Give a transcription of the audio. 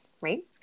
right